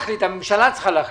הממשלה צריכה להחליט,